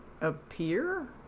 appear